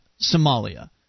Somalia